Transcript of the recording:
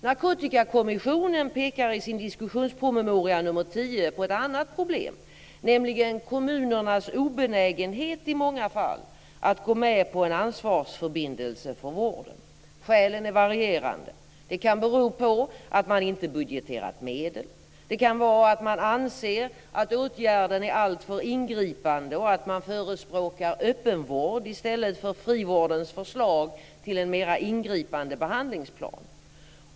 Narkotikakommissionen pekar i sin diskussionspromemoria nr 10 på ett annat problem, nämligen kommunernas obenägenhet i många fall att gå med på en ansvarsförbindelse för vården. Skälen är varierande. Det kan bero på att man inte har budgeterat medel. Det kan vara att man anser att åtgärden är alltför ingripande och att man förespråkar öppenvård i stället för frivårdens förslag till en mera ingripande behandlingsplan.